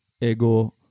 ego